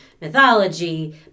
mythology